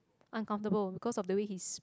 uncomfortable because of the way he is